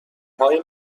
های